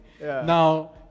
Now